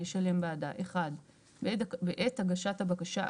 ישלם בעדה - בעת הגשה הבקשה,